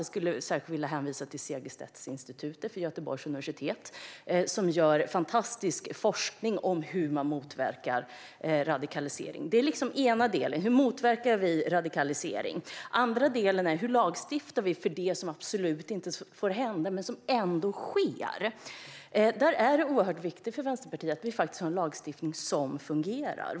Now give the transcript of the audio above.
Jag skulle särskilt vilja hänvisa till Segerstedtinstitutet vid Göteborgs universitet, som bedriver fantastisk forskning om hur man motverkar radikalisering. Det är den ena delen, hur vi motverkar radikalisering. Den andra delen är hur vi lagstiftar mot det som absolut inte får hända men ändå händer. Där är det för oss i Vänsterpartiet oerhört viktigt att vi har en lagstiftning som fungerar.